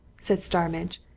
said starmidge,